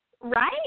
right